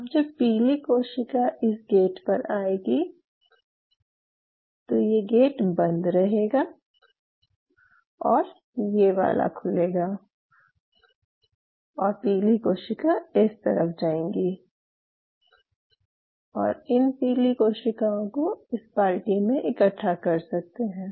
अब जब पीली कोशिका इस गेट पर आएगी तो ये गेट बंद रहेगा और ये वाला खुलेगा और पीली कोशिका इस तरफ जाएँगी और इन पीली कोशिकाओं को इस बाल्टी में इकठा कर सकते हैं